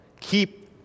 Keep